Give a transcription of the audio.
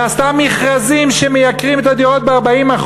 ועשתה מכרזים שמייקרים את הדירות ב-40%,